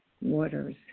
waters